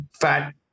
fat